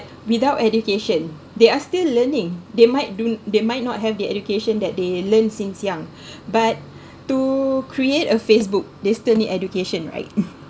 without education they are still learning they might doing they might not have the education that they learnt since young but to create a facebook they still need education right